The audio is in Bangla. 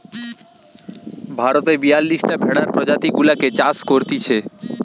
ভারতে বিয়াল্লিশটা ভেড়ার প্রজাতি গুলাকে চাষ করতিছে